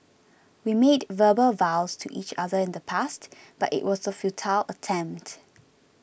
we made verbal vows to each other in the past but it was a futile attempt